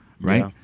right